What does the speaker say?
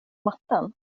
mattan